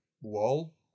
wall